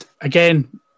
again